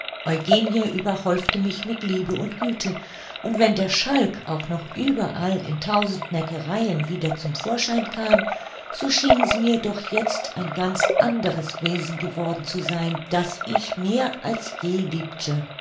eugenie überhäufte mich mit liebe und güte und wenn der schalk auch noch überall in tausend neckereien wieder zum vorschein kam so schien sie mir doch jetzt ein ganz anderes wesen geworden zu sein das ich mehr als je liebte